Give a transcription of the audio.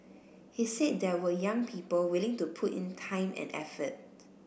he said there were young people willing to put in time and effort